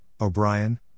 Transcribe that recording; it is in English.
O'Brien